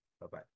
Bye-bye